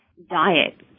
diet